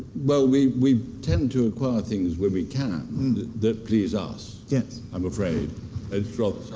well we we tend to acquire things when we can, that please us. yes. i'm afraid it's